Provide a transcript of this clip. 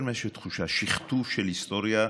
יותר מאשר תחושה, שכתוב של היסטוריה.